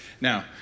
Now